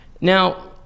now